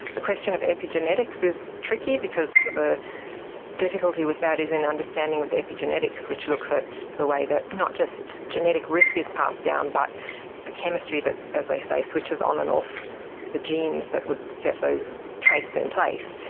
the question of epigenetics is tricky because the difficulty with that is in understanding epigenetics, which looks at the way that not just genetic risk is passed down but the chemistry that, as they say, switches on and off the genes that would set those traits in place,